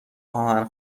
آهن